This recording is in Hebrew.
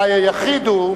אולי היחיד,